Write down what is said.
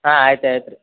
ಹಾಂ ಆಯ್ತು ಆಯ್ತು ರೀ